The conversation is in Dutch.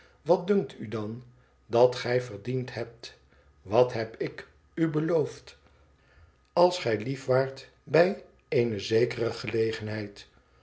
wat dunkt u dan dat gij verdiend hebt wat heb ik u beloofd als gij lief waart bij eene zekere gelegenheid